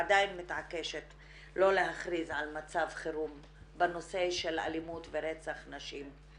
היא עדיין מתעקשת לא להכריז על מצב חירום בנושא של האלימות ורצח נשים.